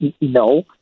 No